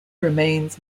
remains